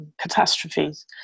catastrophes